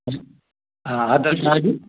हा हा दर्श आहे बि